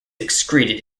excreted